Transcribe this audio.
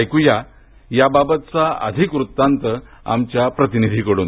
ऐकुया याबाबत अधिक वृत्तांत आमच्या प्रतिनिधीकडून